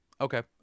Okay